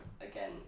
again